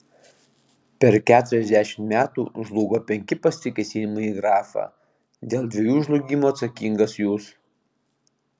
per keturiasdešimt metų žlugo penki pasikėsinimai į grafą dėl dviejų žlugimo atsakingas jūs